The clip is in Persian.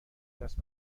دست